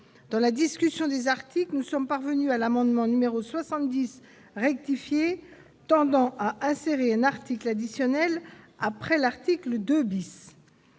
Dans la discussion du texte de la commission, nous sommes parvenus à l'amendement n° 70 rectifié, tendant à insérer un article additionnel après l'article 2.